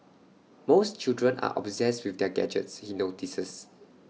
most children are obsessed with their gadgets he notices